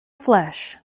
flesh